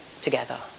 together